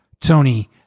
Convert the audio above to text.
Tony